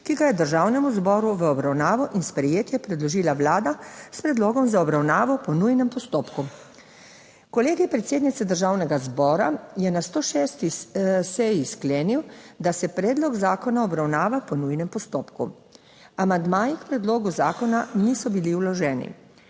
ki ga je Državnemu zboru v obravnavo in sprejetje predložila Vlada s predlogom za obravnavo po nujnem postopku. Kolegij predsednice Državnega zbora je na 106. seji sklenil, da se predlog zakona obravnava po nujnem postopku. Amandmaji k predlogu zakona niso bili vloženi.